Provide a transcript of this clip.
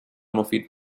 مفید